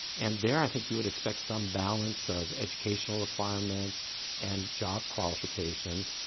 and there i think you would expect some balance of educational requirements and job qualifications.